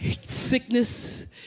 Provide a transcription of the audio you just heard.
sickness